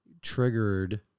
triggered